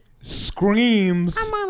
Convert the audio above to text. Screams